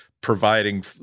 providing